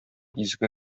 изге